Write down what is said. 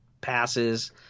passes